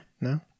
No